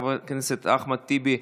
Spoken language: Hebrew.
חבר הכנסת אחמד טיבי,